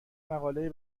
مقاله